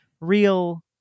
real